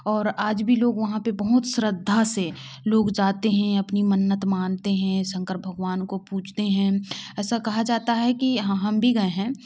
और आज भी लोग वहाँ पे बहुत श्रद्धा से लोग जाते हैं अपनी मन्नत मानते हैं शंकर भगवान को पूजते हैं ऐसा कहा जाता है कि हम भी गए हैं